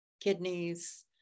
kidneys